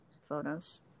photos